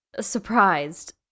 surprised